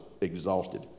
exhausted